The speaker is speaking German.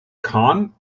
kahn